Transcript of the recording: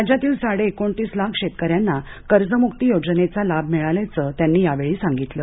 राज्यातील साडे एकोणतीस लाख शेतकऱ्यांना कर्जमुक्ती योजनेचा लाभ मिळाल्याचं त्यांनी यावेळी सांगितलं